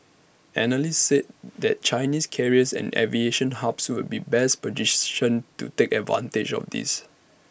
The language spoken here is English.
analysts said that Chinese carriers and aviation hubs would be best to take advantage of this